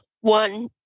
one